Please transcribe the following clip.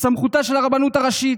בסמכותה של הרבנות הראשית,